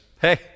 hey